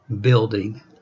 building